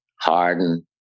Harden